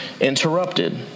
interrupted